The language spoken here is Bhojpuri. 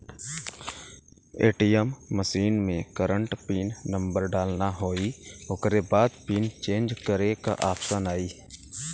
ए.टी.एम मशीन में करंट पिन नंबर डालना होई ओकरे बाद पिन चेंज करे क ऑप्शन आई